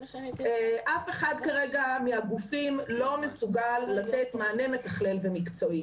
אף אחד מהגופים כרגע לא מסוגל לתת מענה מתכלל ומקצועי.